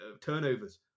turnovers